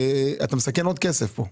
אתה מסכן עוד כסף פה.